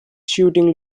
shooting